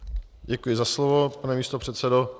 Děkuji za slovo, pane místopředsedo.